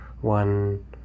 one